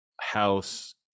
house